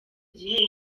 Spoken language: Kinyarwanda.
gihe